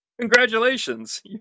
congratulations